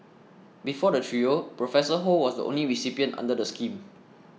before the trio Professor Ho was the only recipient under the scheme